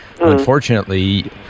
Unfortunately